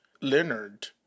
Leonard